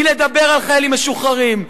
היא לדבר על חיילים משוחררים,